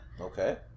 Okay